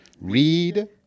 Read